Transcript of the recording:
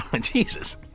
Jesus